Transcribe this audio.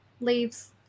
leaves